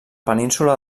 península